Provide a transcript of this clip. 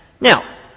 Now